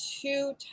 two